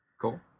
Cool